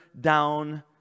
down